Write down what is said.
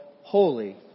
holy